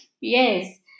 Yes